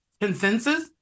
consensus